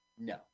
No